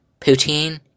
Poutine